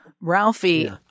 Ralphie